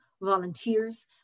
volunteers